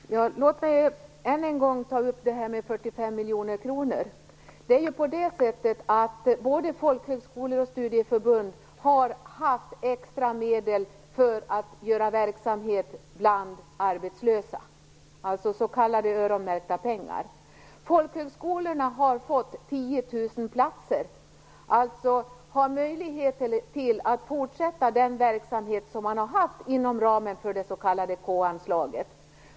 Fru talman! Låt mig än en gång ta upp de 45 miljoner kronorna. Både folkhögskolor och studieförbund har haft extra medel för verksamhet bland arbetslösa, alltså s.k. öronmärkta pengar. Folkhögskolorna har fått 10 000 platser. De har alltså möjlighet att fortsätta den verksamhet de har bedrivit inom ramen för det s.k. K-anslaget.